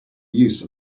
use